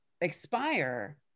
expire